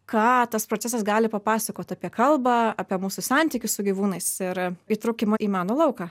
ką tas procesas gali papasakot apie kalbą apie mūsų santykis su gyvūnais ir įtraukimą į meno lauką